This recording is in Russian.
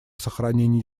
сохранении